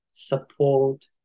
support